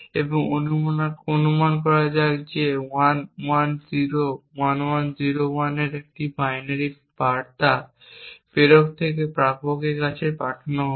এবং অনুমান করা যাক 1101101 এর একটি বাইনারি বার্তা প্রেরক থেকে প্রাপকের কাছে পাঠানো হবে